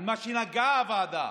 על מה שנגעה הוועדה,